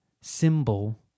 symbol